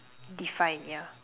define yeah